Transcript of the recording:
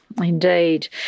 indeed